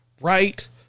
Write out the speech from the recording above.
Right